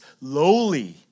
lowly